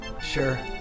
Sure